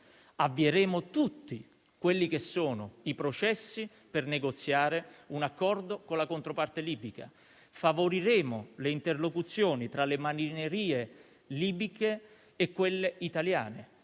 Avvieremo tutti i processi per negoziare un accordo con la controparte libica, favoriremo le interlocuzioni tra le marinerie libiche e quelle italiane,